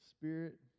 spirit